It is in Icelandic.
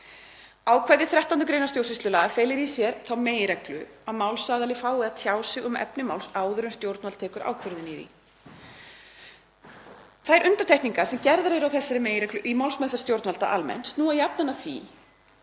Ákvæði 13. gr. stjórnsýslulaga felur í sér þá meginreglu að málsaðili fái að tjá sig um efni máls áður en stjórnvald tekur ákvörðun í því. Þær undantekningar sem gerðar eru á þessari meginreglu í málsmeðferð stjórnvalda snúa jafnan að því